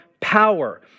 power